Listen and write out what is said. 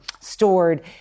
stored